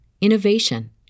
innovation